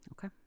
okay